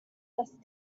best